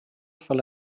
fel